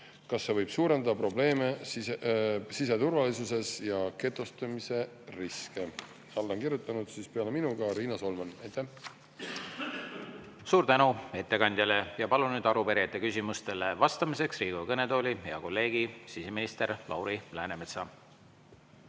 Kas see võib suurendada probleeme siseturvalisuses ja getostumise riske?" Alla on kirjutanud peale minu ka Riina Solman. Aitäh! Suur tänu ettekandjale! Palun nüüd arupärijate küsimustele vastamiseks Riigikogu kõnetooli hea kolleegi siseminister Lauri Läänemetsa.